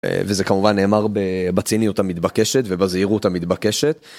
וזה כמובן נאמר בציניות המתבקשת ובזהירות המתבקשת.